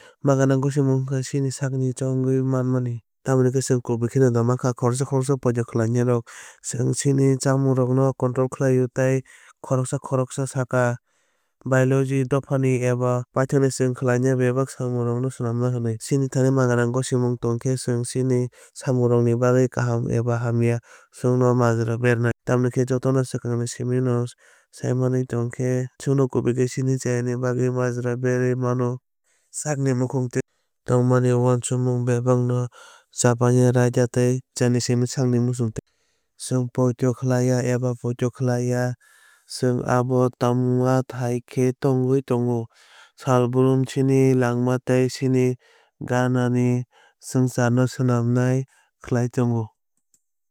Maknang gosimung wngkha chini sakni bagwi chongwi manmani. Tamokhe chwng kubui khe da mankha khoroksa khoroksa poito khlaio chwng chini chongmungrokno control khlaio. Tei khoroksa khoroksa sakha biology dohpani eba paithak chwng khlainai bebak samungrokno swnamnai hwnwi. Chini thani magwnang gosimung tongkhe chwng chini samungrokni bagwi kaham eba hamya chwngno majra bernai. Tamokhe jotono swkangni simingno sai manwui tongkhe chwngno kubui khe chini chayani bagwi majra berwi mano. Sakni mukhungtwui tongmani uansukmung bebakno chapnai raida tei jani simi sakni muchungtwi. Chwng poito khlai ya eba poito khlai ya chwng abo tongma hai khe tongwi tongo. Salbrum chini langma tei chini ganani swngcharno swnamnai khlaiwi tongo.